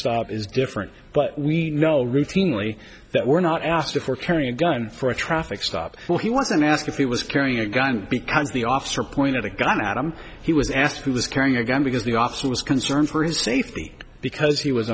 stop is different but we know routinely that were not asked for carry a gun for a traffic stop well he wasn't asked if he was carrying a gun because the officer pointed a gun at him he was asked who was carrying a gun because the officer was concerned for his safety because he was